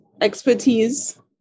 expertise